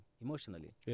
emotionally